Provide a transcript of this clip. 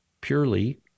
purely